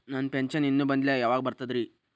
ನನ್ನ ಪೆನ್ಶನ್ ಇನ್ನೂ ಬಂದಿಲ್ಲ ಯಾವಾಗ ಬರ್ತದ್ರಿ?